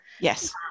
Yes